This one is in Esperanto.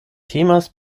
temas